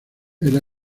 era